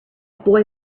boy